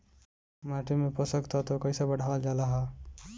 माटी में पोषक तत्व कईसे बढ़ावल जाला ह?